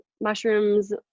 mushrooms